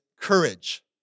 courage